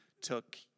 took